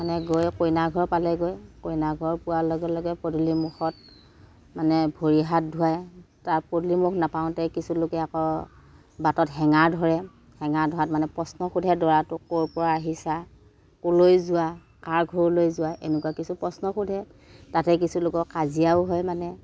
মানে গৈ কইনাঘৰ পালেগৈ কইনাঘৰ পোৱাৰ লগে লগে পদূলি মুখত মানে ভৰি হাত ধুৱায় তাৰ পদূলি মুখ নাপাওঁতে কিছুলোকে আকৌ বাটত হেঙাৰ ধৰে হেঙাৰ ধৰাত মানে প্ৰশ্ন সোধে দৰাটোক মানে ক'ৰপৰা আহিছা ক'লৈ যোৱা কাৰ ঘৰলৈ যোৱা এনেকুৱা কিছু প্ৰশ্ন সোধে তাতে কিছুলোকৰ কাজিয়াও হয় মানে